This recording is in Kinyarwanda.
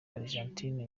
argentine